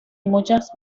muchas